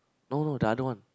no no the other one